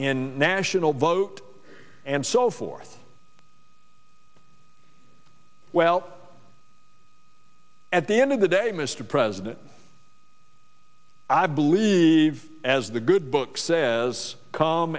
in national vote and so forth well at the end of the day mr president i believe as the good book says c